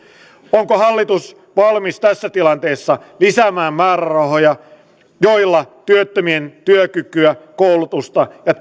onko hallitus valmis tässä tilanteessa lisäämään määrärahoja joilla työttömien työkykyä koulutusta ja